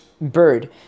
bird